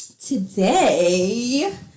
Today